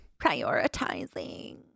Prioritizing